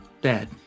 Dad